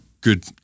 good